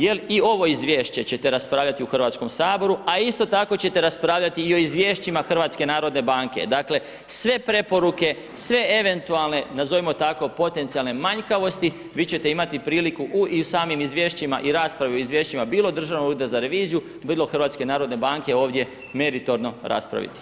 Jel i ovo izvješće ćete raspravljati u Hrvatskom saboru, a isto tako ćete raspravljati i o izvješćima HNB-a, dakle sve preporuke, sve eventualne nazovimo tako potencijalne manjkavosti vi ćete imati priliku u i u samim izvješćima i raspravi u izvješćima bilo Državnog ureda za reviziju, bilo HNB-a ovdje meritorno raspraviti.